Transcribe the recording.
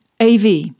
AV